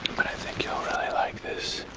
but i think you'll really like this.